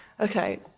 Okay